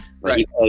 Right